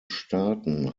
staaten